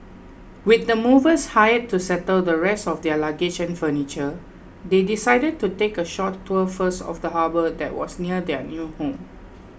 with the movers hired to settle the rest of their luggage and furniture they decided to take a short tour first of the harbour that was near their new home